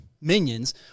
minions